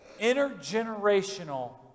intergenerational